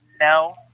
No